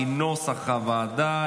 כנוסח הוועדה.